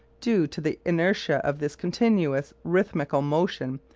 due to the inertia of this continuous rhythmical motion,